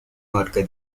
warga